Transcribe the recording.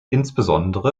insbesondere